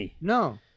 No